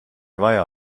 vaja